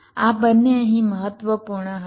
આ બંને અહીં મહત્વપૂર્ણ હશે